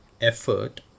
effort